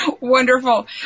Wonderful